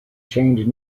chained